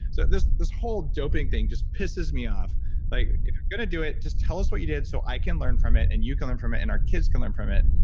so this this whole doping thing just pisses me off like if you're going to do it, just tell us what you did so i can learn from it and you can learn from it and our kids can learn from it,